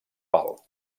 pal